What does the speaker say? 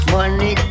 Money